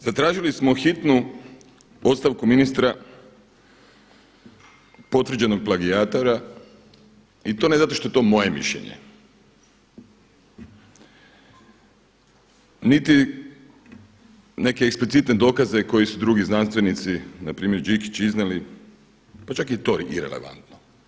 Zatražili smo hitnu ostavku ministra potvrđenog plagijatora i to ne zato što je to moje mišljenje niti neke ekspelicitne dokaze koje su drugi znanstvenici, na primjer Đikić, iznijeli, pa čak i to je irelevantno.